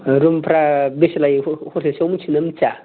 रुमफ्रा बेसे लायो ह'टेलसोयाव मोनथिगोनना मोनथिया